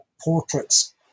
portraits